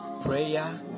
Prayer